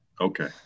okay